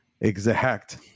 exact